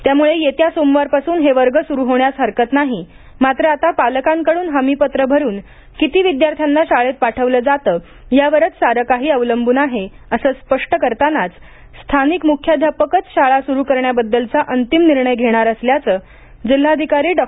त्यामुळे येत्या सोमवारपासून हे वर्ग सुरु होण्यास हरकत नाही मात्र आता पालकांकडून हमीपत्र भरुन किती विद्यार्थ्यांना शाळेत पाठवलं जातं यावरच सारे काही अवलंबून आहे असं स्पष्ट करतानाच स्थानिक मुख्याध्यापकच शाळा सुरु करण्याबद्दलचा अंतिम निर्णय घेणार असल्याचं जिल्हाधिकारी डॉ